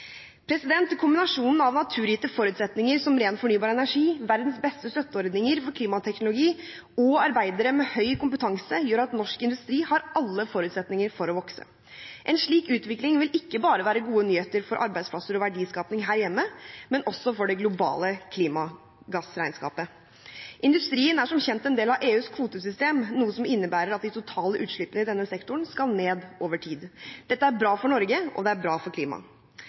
Kombinasjonen av naturgitte forutsetninger, som ren fornybar energi, verdens beste støtteordninger for klimateknologi og arbeidere med høy kompetanse gjør at norsk industri har alle forutsetninger for å vokse. En slik utvikling vil ikke bare være gode nyheter for arbeidsplasser og verdiskaping her hjemme, men også for det globale klimagassregnskapet. Industrien er som kjent en del av EUs kvotesystem, noe som innebærer at de totale utslippene i denne sektoren skal ned over tid. Dette er bra for Norge, og det er bra for klimaet.